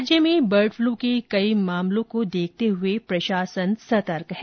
राज्य में bird flu के कई मामलों को देखते हुए प्रशासन सतर्क है